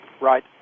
Right